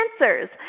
Answers